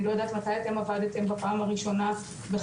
אני לא יודעת מתי אתם עבדתם בפעם הראשונה בחייכם.